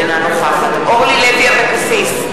אינה נוכחת אורלי לוי אבקסיס,